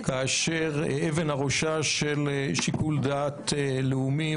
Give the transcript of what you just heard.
אבן הראשה של שיקול דעת לאומי,